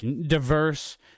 diverse